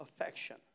affection